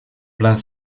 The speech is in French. plein